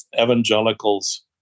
evangelicals